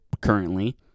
currently